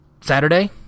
Saturday